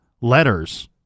letters